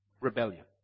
rebellion